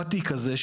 בתיק הזה,